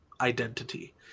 identity